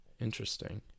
Interesting